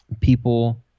people